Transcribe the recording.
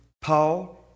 Paul